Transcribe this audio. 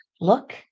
look